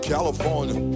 California